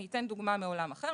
אני אתן דוגמה מעולם אחר,